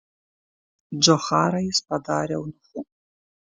džocharą jis padarė eunuchu